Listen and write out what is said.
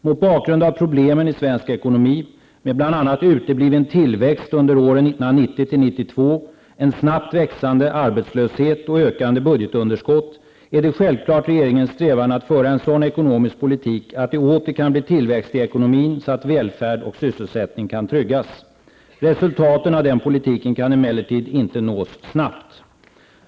Mot bakgrund av problemen i svensk ekonomi, med bl.a. utebliven tillväxt under åren 1990--1992, en snabbt växande arbetslöshet och ökande budgetunderskott, är det självfallet regeringens strävan att föra en sådan ekonomisk politik att det åter kan bli tillväxt i ekonomin så att välfärd och sysselsättning kan tryggas. Resultaten av denna politik kan emellertid inte nås snabbt.